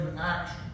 action